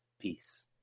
Peace